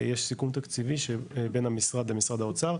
יש סיכום תקציבי שבין המשרד למשרד האוצר,